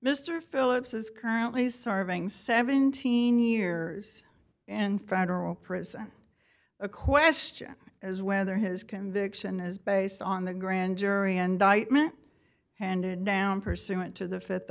mr phillips is currently serving seventeen years in federal prison a question as whether his conviction is based on the grand jury indictment handed down pursuant to the